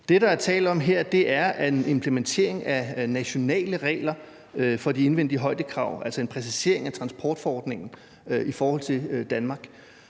Det, der er tale om her, er en implementering af nationale regler for de indvendige højdekrav, altså en præcisering af transportforordningen i forhold til Danmark,